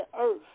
earth